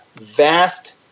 vast